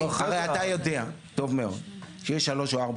הרי אתה יודע טוב מאוד שיש שלוש או ארבע